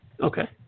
Okay